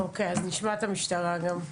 אוקיי, אז נשמע את המשטרה גם.